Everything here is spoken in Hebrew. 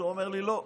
הוא אומר לי: לא.